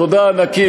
תודה ענקית,